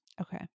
okay